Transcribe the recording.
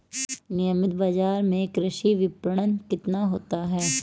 नियमित बाज़ार में कृषि विपणन कितना होता है?